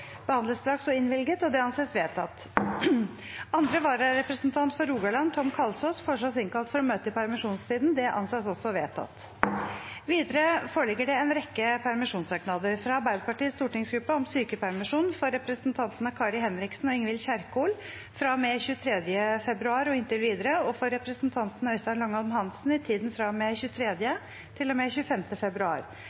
behandlet straks og innvilget. – Det anses vedtatt. Andre vararepresentant for Rogaland, Tom Kalsås , foreslås innkalt for å møte i permisjonstiden. – Det anses også vedtatt. Videre foreligger det en rekke permisjonssøknader: fra Arbeiderpartiets stortingsgruppe om sykepermisjon for representantene Kari Henriksen og Ingvild Kjerkol fra og med 23. februar og inntil videre og for representanten Øystein Langholm Hansen i tiden